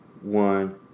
One